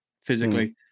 physically